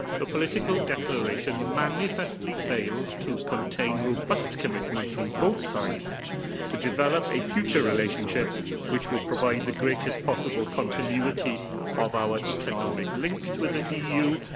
the political declaration manifestly fails to contain robust commitments from both sides to develop a future relationship that will provide the greatest possible continuity of our economic links with the eu,